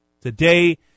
Today